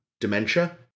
dementia